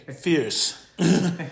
fierce